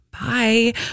bye